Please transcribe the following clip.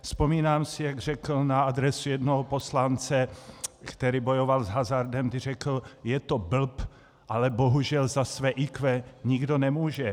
Vzpomínám si, jak řekl na adresu jednoho poslance, který bojoval s hazardem, kdy řekl, je to blb, ale bohužel za své IQ nikdo nemůže.